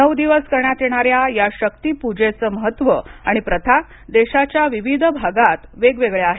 नऊ दिवस करण्यात येणाऱ्या या शक्तीपूजेचं महत्त्व आणि प्रथा देशाच्या विविध भागात वेगवेगळ्या आहेत